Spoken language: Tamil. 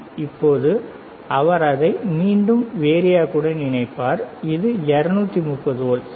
இப்போது அவர் அதை மீண்டும் வேரியாக் உடன் இணைப்பார் இது 230 வோல்ட் சரி